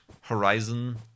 Horizon